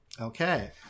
Okay